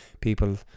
people